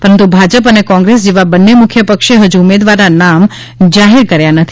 પરંતુ ભાજપ અને કોંગ્રેસ જેવા બંને મુખ્ય પક્ષે હજ ઉમેદવારના નામ જાહેર કર્યા નથી